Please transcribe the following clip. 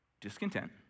discontent